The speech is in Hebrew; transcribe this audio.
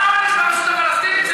מה העונש?